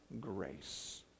grace